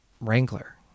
Wrangler